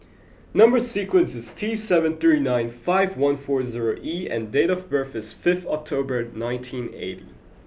number sequence is T seven three nine five one four zero E and date of birth is fifth October nineteen eighty